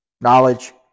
knowledge